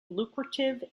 lucrative